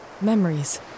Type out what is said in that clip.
memories